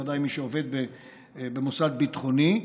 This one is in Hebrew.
ודאי מי שעובד במוסד ביטחוני.